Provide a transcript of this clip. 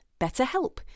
BetterHelp